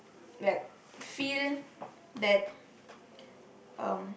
like feel that um